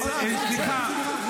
כל המחבלים החוצה.